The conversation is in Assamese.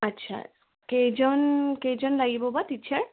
আচ্ছা কেইজন কেইজন লাগিব বা টছাৰ